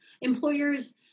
employers